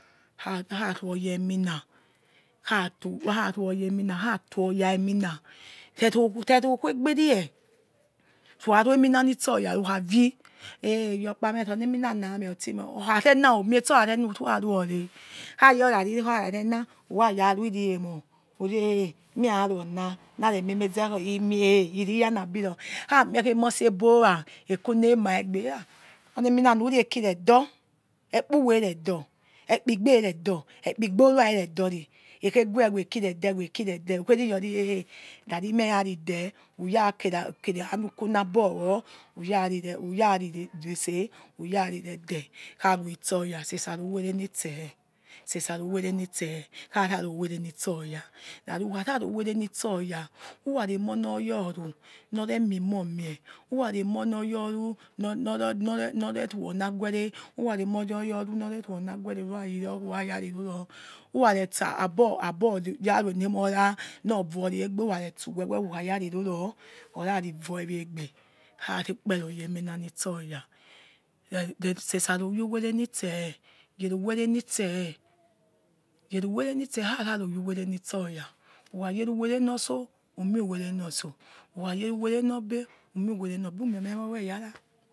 Ha kha ruoyaemina khatu kharu oya emina khayor oya emina rero khu egbe rie roiheru emina ito oyare who khavi eeh iyokpa me ronieminana ame otume wo or kharana umie stora rena whoru aro wire khayor rariri khora rena urayarui iriemir uri eh meya rui ona narimie meze eh he mie iriyanabiror khamie khi emorso ebowa ekunema regbe uriha oniemina na whori ekiresoe ekpuwe redor ekpi igbe redor ekpi ugorua riredori ikhe guwe weki rede weki rede whokheri youri eh rarime tari de whoria ke rekere anu kuna bor owor whogari sese who yari rede khawi tsoya sese ari uwere nitse sese aroywe renitse khararo who were nitsor oya rari whokha raro who were nitsorya whiraremionor ya oru nor remie emor mie ura remornor ya oru nor note nore nore rue ona guere nura yor who rari nonir who rare tsa agbora rue enen mora nor voiriegbe ureretse we we wo who kharari ruror orarivoi egbe kharu kpero yemi na nitsor oya re sesiaro you were nitse yere uwere nitseh yere uwere nitse kharelaror you were nitsor oya ukha yere uwere nor tsor umi uwere notso ukhayere who were nor be umi uwere nor ke umiemowi eyare